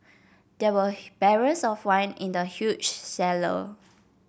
there were barrels of wine in the huge cellar